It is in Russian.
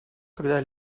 когда